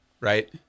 right